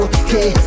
okay